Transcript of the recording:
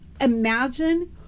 imagine